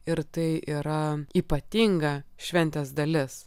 ir tai yra ypatinga šventės dalis